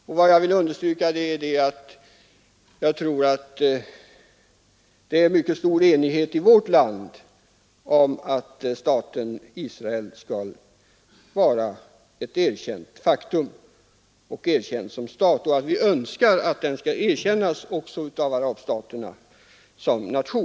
Vad jag här vill understryka är att det finns en mycket stor enighet i vårt land om att staten Israel skall vara ett erkänt faktum och erkänd såsom stat samt att vi önskar att den skall erkännas som nation också av arabstaterna.